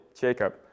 Jacob